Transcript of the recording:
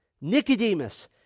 Nicodemus